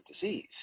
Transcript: disease